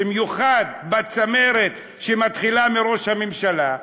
במיוחד בצמרת שמתחילה מראש הממשלה,